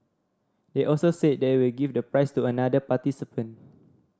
they also said they will give the prize to another participant